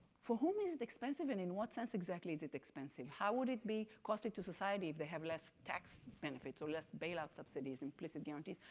for whom is it expensive and in what sense exactly is it expensive? how would it be caustic to society if they have less tax benefits or less bailouts subsidies, implicit guarantees?